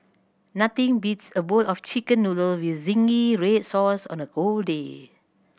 nothing beats a bowl of Chicken Noodle with zingy red sauce on a cold day